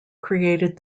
created